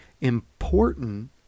important